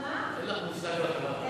אין לך מושג על החברה החרדית.